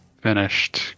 finished